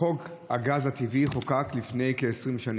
חוק הגז הטבעי חוקק לפני כ-20 שנים.